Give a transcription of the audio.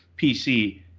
PC